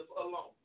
alone